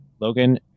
Logan